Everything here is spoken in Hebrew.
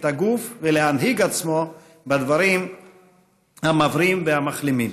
הגוף ולהנהיג עצמו בדברים המברין והמחלימים".